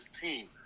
team